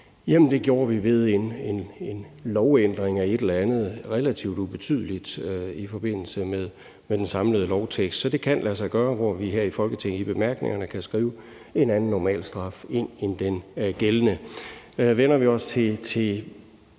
Det gjorde vi ved en lovændring af et eller andet relativt ubetydeligt i forbindelse med den samlede lovtekst. Så det kan lade sig gøre, at vi her i Folketinget i bemærkningerne kan skrive en anden normalstraf ind end den gældende.